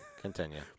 Continue